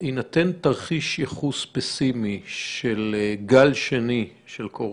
בהינתן תרחיש יחוס פסימי של גל שני של קורונה,